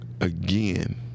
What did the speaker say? Again